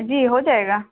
جی ہو جائے گا